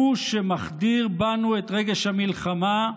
הוא שמחדיר בנו את רגש המלחמה